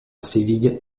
séville